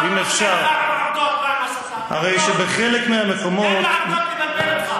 לא, עובדות, אל תיתן לעובדות לבלבל אותך.